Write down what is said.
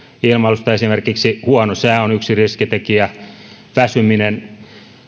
ilmailussa esimerkiksi huono sää on yksi riskitekijä väsyminen